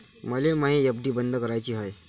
मले मायी एफ.डी बंद कराची हाय